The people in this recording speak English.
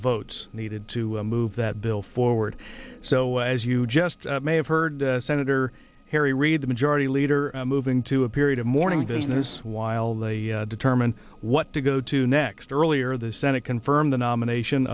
votes needed to move that bill forward so as you just may have heard senator harry reid the majority leader moving to a period of mourning business while they determine what to go to next earlier the senate confirm the nomination